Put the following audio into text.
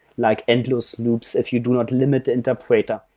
like endless loops if you do not limit interpreter.